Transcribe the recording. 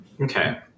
Okay